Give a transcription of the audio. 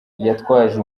yitwaje